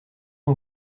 ans